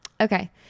okay